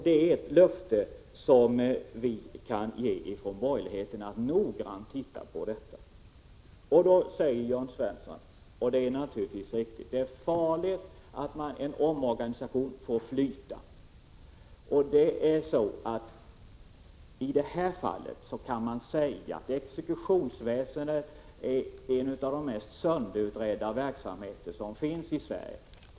Det är ett löfte som vi kan ge från borgerligheten att vi noggrant skall granska även det. Då säger Jörn Svensson, och det är naturligtvis riktigt, att det är farligt att en omorganisation får flyta. I det här fallet kan man säga att exekutionsväsendet är en av de mest sönderutredda verksamheter som finns i Sverige.